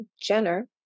Jenner